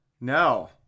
No